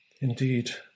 Indeed